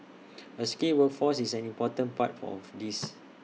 A skilled workforce is an important part for of this